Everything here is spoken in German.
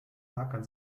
hakan